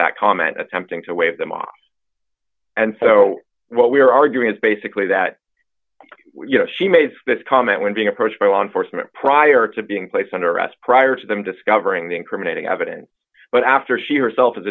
that comment attempting to wave them off and so what we're arguing is basically that you know she made this comment when being approached by law enforcement prior to being placed under arrest prior to them discovering the incriminating evidence but after she herself a